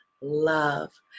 love